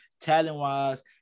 talent-wise